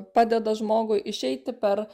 padeda žmogui išeiti per